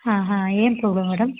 ಹಾಂ ಹಾಂ ಏನು ಪ್ರಾಬ್ಲಮ್ ಮೇಡಮ್